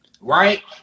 Right